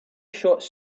shots